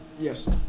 Yes